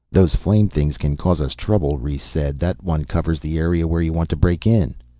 those flame things can cause us trouble, rhes said. that one covers the area where you want to break in.